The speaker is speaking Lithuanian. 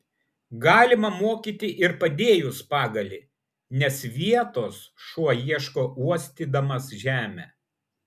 galima mokyti ir padėjus pagalį nes vietos šuo ieško uostydamas žemę